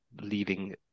leaving